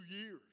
years